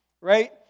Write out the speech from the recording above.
Right